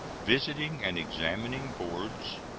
visiting and examining boards,